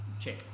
check